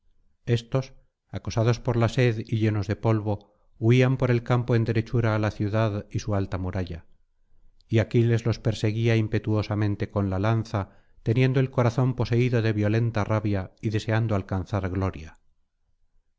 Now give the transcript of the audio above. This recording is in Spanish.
estos acosados por la sed y llenos de polvo huían por el campo en derechura á la ciudad y su alta muralla y aquiles los perseguía impetuosamente con la lanza teniendo el corazón poseído de violenta rabia y deseando alcanzar gloria